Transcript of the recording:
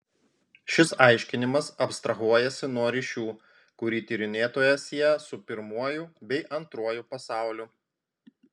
šis aiškinimas abstrahuojasi nuo ryšių kurį tyrinėtoją sieja su pirmuoju bei antruoju pasauliu